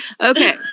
Okay